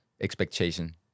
expectation